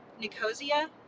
nicosia